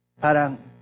Parang